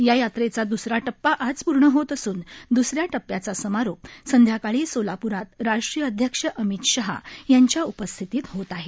या यात्रेचा द्सरा टप्पा आज पूर्ण होत असून द्दसऱ्या टप्प्याचा समारोप सायंकाळी सोलापूरात राष्ट्रीय अध्यक्ष अमित शहा यांच्या उपस्थितीत होत आहे